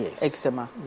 eczema